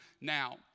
now